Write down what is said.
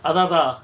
அதா அதா:atha atha